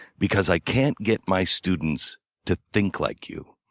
because i can't get my students to think like you.